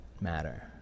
matter